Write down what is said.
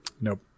nope